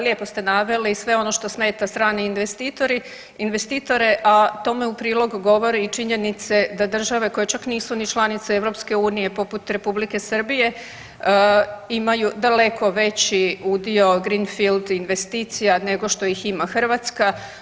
Lijepo ste naveli sve ono što smeta strane investitore, a tome u prilog govore i činjenice da države koje čak nisu ni članice EU poput Republike Srbije imaju daleko veći udio greenfield investicija nego što ih ima Hrvatska.